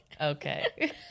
Okay